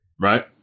Right